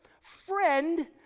friend